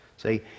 See